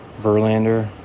Verlander